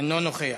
אינו נוכח,